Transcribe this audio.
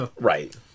Right